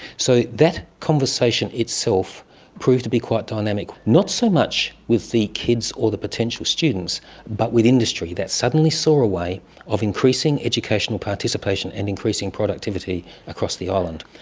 so that conversation itself proved to be quite dynamic, not so much with the kids or the potential students but with industry, that suddenly saw a way of increasing educational participation and increasing productivity across the island.